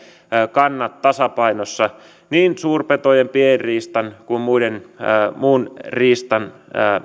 kannat tasapainossa niin suurpetojen pienriistan kuin muunkin riistan